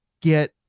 get